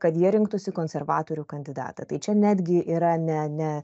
kad jie rinktųsi konservatorių kandidatą tai čia netgi yra ne ne